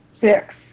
Six